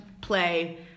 play